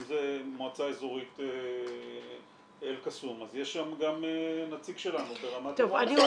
אם זו מועצה אזורית אל-קאסום אז יש שם גם נציג שלנו ברמת -- חגי,